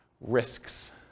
Risks